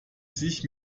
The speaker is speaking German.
sich